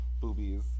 boobies